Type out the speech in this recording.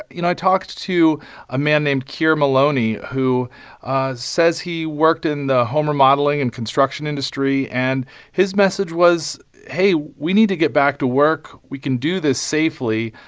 you know, i talked to a man named keir maloney who ah says he worked in the home remodeling and construction industry. and his message was, hey, we need to get back to work. we can do this safely.